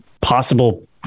possible